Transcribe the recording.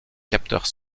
capteurs